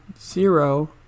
zero